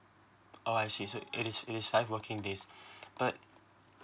oh I see so it is it is five working days but